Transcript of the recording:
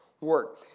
work